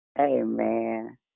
Amen